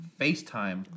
FaceTime